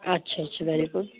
اچھا اچھا very good